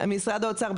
משרד האוצר,